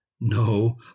no